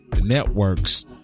networks